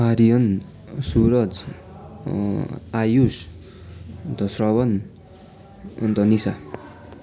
आर्यन सुरज आयुष अन्त श्रवण अन्त निशा